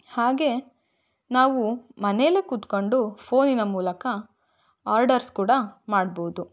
ಹಾಗೇ ನಾವು ಮನೆಯಲ್ಲೇ ಕೂತ್ಕೊಂಡು ಫೋನಿನ ಮೂಲಕ ಆರ್ಡರ್ಸ್ ಕೂಡ ಮಾಡ್ಬೌದು